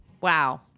wow